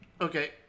okay